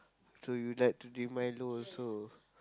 so you like to drink Milo also